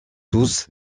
tous